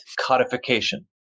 codification